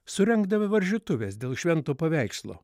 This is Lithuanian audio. surengdavo varžytuves dėl švento paveikslo